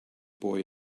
boy